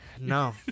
No